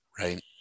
Right